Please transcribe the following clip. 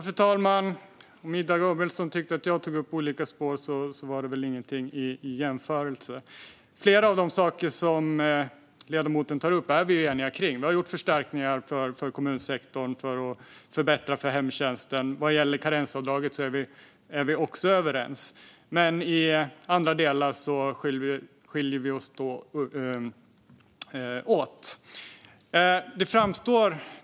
Fru talman! Ida Gabrielsson tyckte att jag var inne på olika spår, men det var ingenting i jämförelse. Flera av de saker som ledamoten tog upp är vi eniga om. Vi har gjort förstärkningar för kommunsektorn för att förbättra för hemtjänsten. Vad gäller karensavdraget är vi också överens. Men i andra delar skiljer vi oss åt.